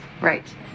right